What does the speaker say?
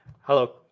Hello